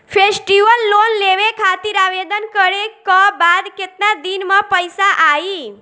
Festival loan लेवे खातिर आवेदन करे क बाद केतना दिन म पइसा आई?